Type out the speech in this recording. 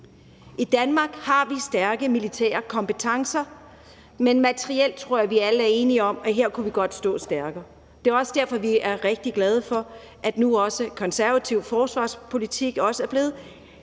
I Danmark har vi stærke militære kompetencer, men materielt tror jeg vi alle er enige om at vi godt kunne stå stærkere. Det er også derfor, at vi er rigtig glade for, at konservativ forsvarspolitik faktisk